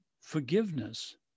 forgiveness